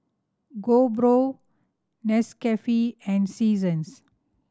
GoPro Nescafe and Seasons